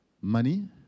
money